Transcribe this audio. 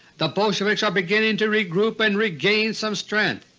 the bolsheviks are beginning to regroup and regain some strength.